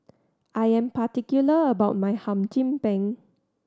I am particular about my Hum Chim Peng